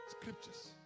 scriptures